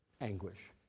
Anguish